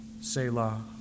Selah